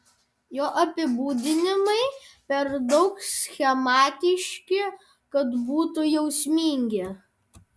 jo apibūdinimai per daug schematiški kad būtų jausmingi